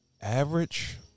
Average